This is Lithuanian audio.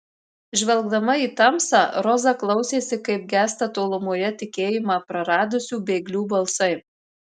žvelgdama į tamsą roza klausėsi kaip gęsta tolumoje tikėjimą praradusių bėglių balsai